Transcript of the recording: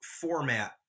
format